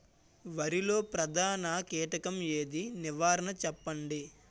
వరిలో ప్రధాన కీటకం ఏది? నివారణ చెప్పండి?